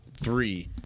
three –